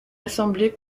assemblée